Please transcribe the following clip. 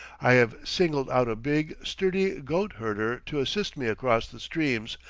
i have singled out a big, sturdy goat-herder to assist me across the streams,